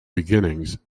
beginnings